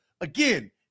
again